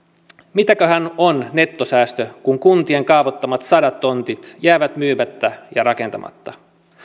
mitäköhän on nettosäästö kun kuntien kaavoittamat sadat tontit jäävät myymättä ja rakentamatta